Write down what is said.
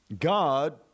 God